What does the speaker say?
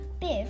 Biff